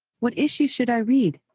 what issues should i read?